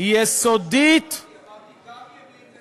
אבל אתה לא, כי אמרתי גם ימין וגם שמאל.